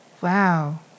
Wow